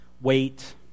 wait